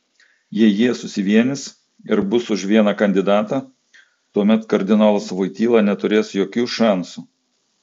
jeigu jie susivienys ir bus už vieną kandidatą tuomet kardinolas voityla neturės jokių šansų